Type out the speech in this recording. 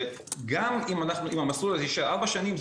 שגם אם המסלול הזה של ארבע שנים,